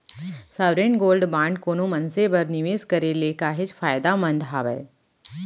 sovereign gold bond कोनो मनसे बर निवेस करे ले काहेच फायदामंद हावय